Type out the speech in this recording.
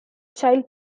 child